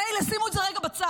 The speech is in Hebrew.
מילא, שימו את זה רגע בצד.